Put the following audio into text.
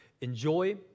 Enjoy